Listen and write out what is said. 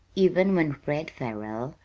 even when fred farrell,